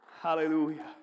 Hallelujah